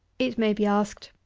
it may be asked,